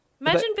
Imagine